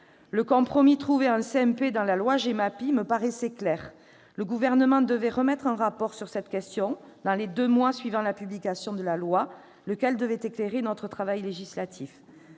mixte paritaire lors de la loi GEMAPI me semblait clair. Le Gouvernement devait remettre un rapport sur cette question dans les deux mois suivant la publication de la loi, lequel devait éclairer notre travail législatif.